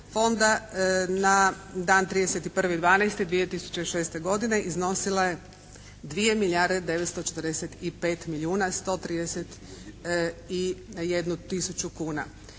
fonda na 31.12.2006. iznosila je 2 milijarde 945 milijuna 131 tisuću kuna.